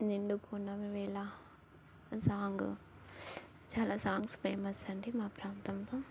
నిండు పున్నమి వేల ఆ సాంగు చాలా సాంగ్స్ ఫేమస్ అండి మా ప్రాంతంలో